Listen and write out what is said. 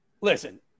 listen